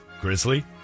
Grizzly